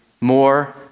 more